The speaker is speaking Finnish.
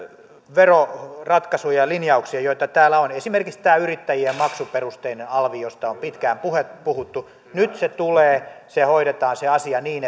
veroratkaisuja ja linjauksia joita täällä on esimerkiksi tämä yrittäjien maksuperusteinen alvi josta on pitkään puhuttu nyt se tulee se asia hoidetaan niin